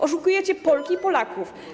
Oszukujecie Polki i Polaków.